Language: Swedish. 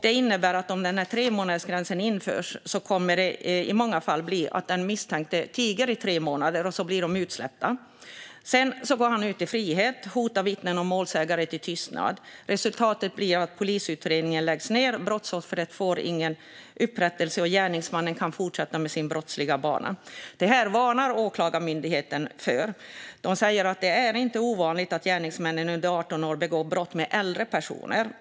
Det innebär att om tremånadersgränsen införs kommer det i många fall att bli så att den misstänkte tiger i tre månader och sedan blir utsläppt. Han kan gå ut i frihet och hota vittnen och målsägare till tystnad. Resultatet blir att polisutredningen läggs ned, att brottsoffret inte får någon upprättelse och att gärningsmannen kan fortsätta på sin brottsliga bana. Åklagarmyndigheten varnar för detta. De säger att det inte är ovanligt att gärningsmän under 18 år begår brott med äldre personer.